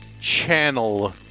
channel